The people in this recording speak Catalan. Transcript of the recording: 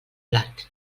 blat